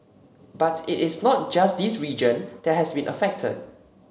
but it is not just this region that has been affected